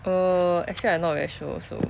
err actually I not very sure also